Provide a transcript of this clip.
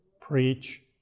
Preach